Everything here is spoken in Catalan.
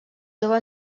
jove